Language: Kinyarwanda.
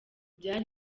byari